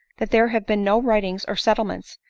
that there have been no writings or settlements,